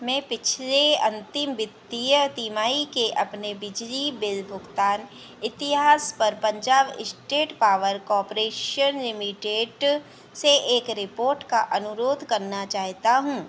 मैं पिछले अन्तिम वित्तीय तिमाही के अपने बिजली बिल भुगतान इतिहास पर Punjab estate power corporation limited से एक रिपोर्ट का अनुरोध करना चाहता हूँ